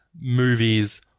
movies